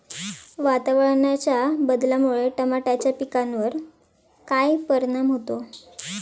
वातावरणाच्या बदलामुळे टमाट्याच्या पिकावर काय परिणाम होतो?